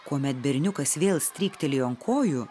kuomet berniukas vėl stryktelėjo ant kojų